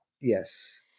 Yes